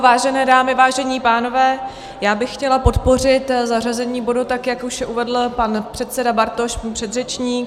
Vážené dámy, vážení pánové, já bych chtěla podpořit zařazení bodu, tak jak už uvedl pan předseda Bartoš, můj předřečník.